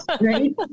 right